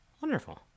Wonderful